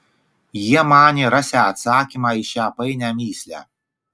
jie manė rasią atsakymą į šią painią mįslę